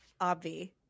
Obvi